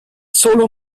solo